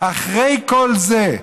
אחרי כל זה,